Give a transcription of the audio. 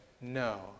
no